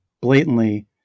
blatantly